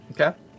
Okay